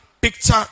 picture